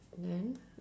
then